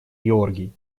георгий